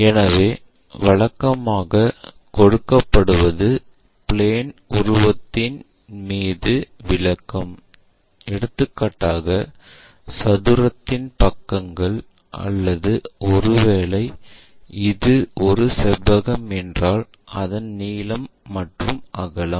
எனவே வழக்கமாக கொடுக்கப்படுவது பிளேன் உருவத்தின் மீது விளக்கம் எடுத்துக்காட்டாக சதுரத்தின் பக்கங்கள் அல்லது ஒருவேளை இது ஒரு செவ்வகம் என்றால் அதன் நீளம் மற்றும் அகலம்